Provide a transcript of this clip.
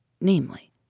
namely